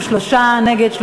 23 בעד, 32 נגד.